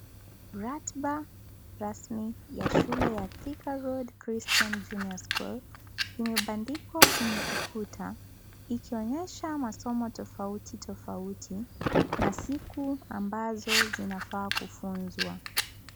Ratiba rasmi ya shule ya thika road christian junior school imebandikwa kwenye ukuta ikionyesha masomo tofauti tofauti na siku ambazo zinafa kufunzwa.